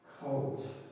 cold